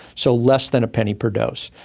so less than a penny per dose.